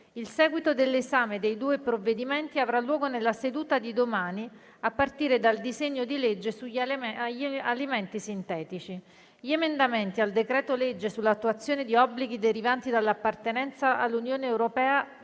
Il seguito dell'esame dei due provvedimenti avrà luogo nella seduta di domani, a partire dal disegno di legge sugli elementi sintetici. Gli emendamenti al decreto-legge sull'attuazione di obblighi derivanti dall'appartenenza all'Unione europea